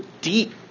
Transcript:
deep